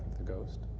the ghost?